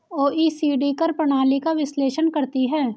OECD कर प्रणाली का विश्लेषण करती हैं